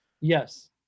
Yes